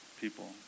people